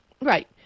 Right